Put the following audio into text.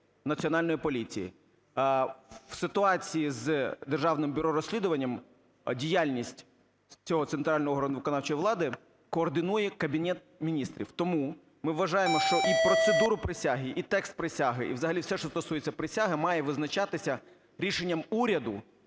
Національної поліції. В ситуації з Державним бюро розслідувань діяльність цього центрального органу виконавчої влади координує Кабінет Міністрів. Тому ми вважаємо, що і процедуру присяги, і текст присяги, і взагалі все, що стосується присяги, має визначатися рішенням уряду,